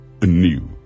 anew